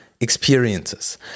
experiences